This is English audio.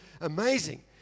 amazing